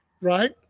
right